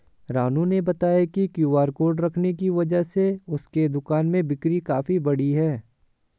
रानू ने बताया कि क्यू.आर कोड रखने की वजह से उसके दुकान में बिक्री काफ़ी बढ़ी है